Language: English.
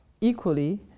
Equally